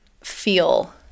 feel